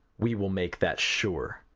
we will make that sure.